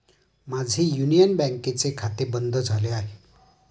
माझे युनियन बँकेचे खाते बंद झाले आहे